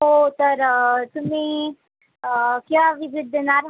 हो तर तुम्ही केव्हा व्हिजिट देणार